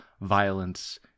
violence